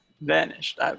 vanished